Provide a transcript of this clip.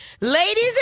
ladies